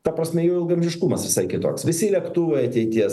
ta prasme jo ilgaamžiškumas visai kitoks visi lėktuvai ateities